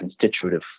constitutive